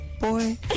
boy